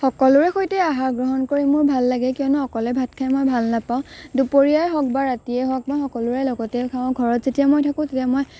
সকলোৰে সৈতে আহাৰ গ্ৰহণ কৰি মোৰ ভাল লাগে কিয়নো অকলে ভাত খাই মই ভাল নেপাওঁ দুপৰীয়াই হওক বা ৰাতিয়েই হওক মই সকলোৰে লগতেই খাওঁ ঘৰত যেতিয়া মই থাকোঁ তেতিয়া মই